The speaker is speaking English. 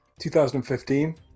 2015